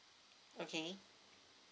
okay